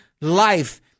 life